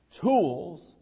Tools